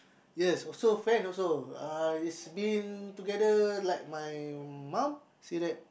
yes also fan also uh it's been together like my mum said that